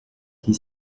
qu’il